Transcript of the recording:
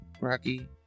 Rocky